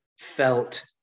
felt